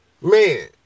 man